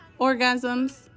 orgasms